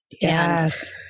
Yes